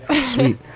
Sweet